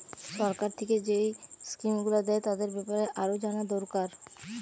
সরকার থিকে যেই স্কিম গুলো দ্যায় তাদের বেপারে আরো জানা দোরকার